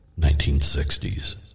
1960s